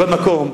מכל מקום,